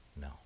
No